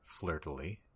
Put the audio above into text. flirtily